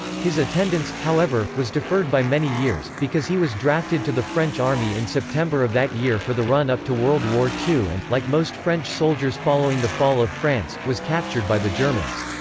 his attendance, however, was deferred by many years, because he was drafted to the french army in september of that year for the run-up to world war ii and, like most french soldiers following the fall of france, was captured by the germans.